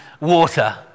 water